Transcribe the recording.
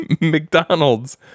McDonald's